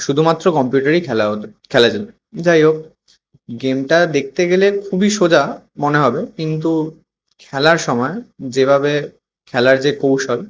শুধুমাত্র কম্পিউটারেই খেলা হতো খেলা যেত যাই হোক গেমটা দেখতে গেলে খুবই সোজা মনে হবে কিন্তু খেলার সময় যেভাবে খেলার যে কৌশল